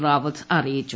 റാവത്ത് അറിയിച്ചു